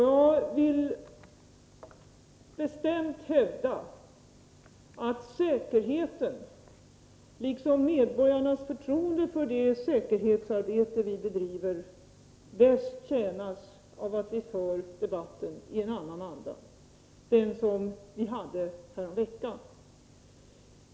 Jag vill bestämt hävda att säkerheten liksom medborgarnas förtroende för det säkerhetsarbete vi bedriver bäst tjänas av att vi för debatten i en annan anda, den som vi hade härom veckan.